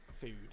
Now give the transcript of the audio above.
food